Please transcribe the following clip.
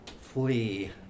flee